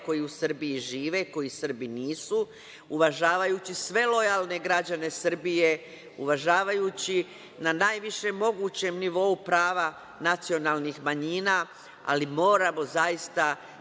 koji u Srbiji žive, koji Srbi nisu, uvažavajući sve lojalne građane Srbije, uvažavajući na najvišem mogućem nivou prava nacionalnih manjina, ali moramo zaista